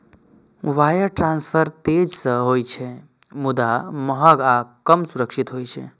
wire transfer तेज तं होइ छै, मुदा महग आ कम सुरक्षित होइ छै